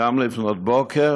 גם לפנות בוקר